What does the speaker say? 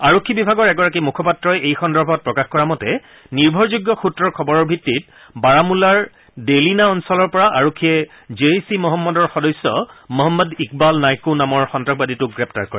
আৰক্ষী বিভাগৰ এগৰাকী মুখপাত্ৰই এই সন্দৰ্ভত প্ৰকাশ কৰা মতে নিৰ্ভৰযোগ্য সূত্ৰৰ খবৰৰ ভিত্তিত বাৰামুল্লাৰ ডেলিনা অঞ্চলৰ পৰা আৰক্ষীয়ে জইছ ই মহম্মদৰ সদস্য মহম্মদ ইকবাল নাইকু নামৰ সন্তাসবাদীটোক গ্ৰেপ্তাৰ কৰে